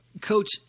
coach